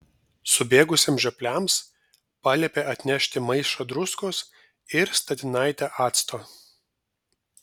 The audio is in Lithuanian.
subėgusiems žiopliams paliepė atnešti maišą druskos ir statinaitę acto